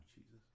Jesus